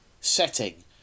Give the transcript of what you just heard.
setting